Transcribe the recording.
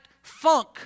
Funk